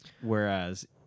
Whereas